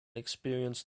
experienced